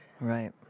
Right